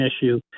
issue